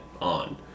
on